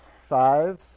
Five